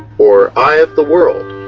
or eye of the world,